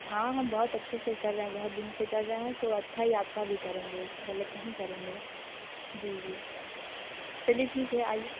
हाँ हम बहुत अच्छे से कर रहे है बहुत दिन से कर रहे हैं तो अच्छा ही आपका भी करेंगे गलत नहीं करेंगे जी जी चलिए ठीक आइए